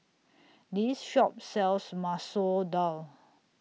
This Shop sells Masoor Dal